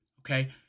Okay